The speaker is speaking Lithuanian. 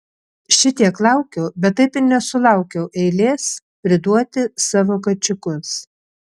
šitiek laukiau bet taip ir nesulaukiau eilės priduoti savo kačiukus